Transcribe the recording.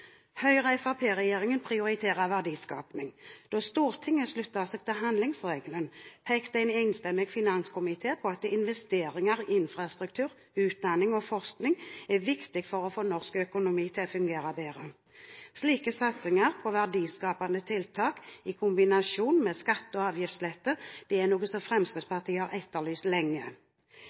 Høyre–Fremskrittsparti-regjeringen prioriterer verdiskaping. Da Stortinget sluttet seg til handlingsregelen, pekte en enstemmig finanskomité på at investeringer i infrastruktur, utdanning og forskning er viktig for å få norsk økonomi til å fungere bedre. Slike satsinger på verdiskapende tiltak, i kombinasjon med skatte- og avgiftslette, er noe som Fremskrittspartiet har etterlyst lenge.